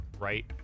right